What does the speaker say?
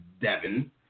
Devin